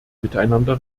miteinander